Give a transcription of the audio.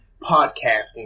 podcasting